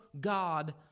god